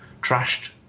trashed